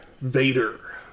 Vader